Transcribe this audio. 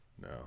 No